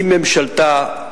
עם ממשלתה,